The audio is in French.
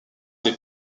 des